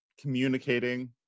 communicating